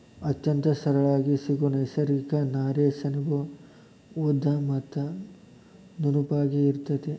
ಅತ್ಯಂತ ಸರಳಾಗಿ ಸಿಗು ನೈಸರ್ಗಿಕ ನಾರೇ ಸೆಣಬು ಉದ್ದ ಮತ್ತ ನುಣುಪಾಗಿ ಇರತತಿ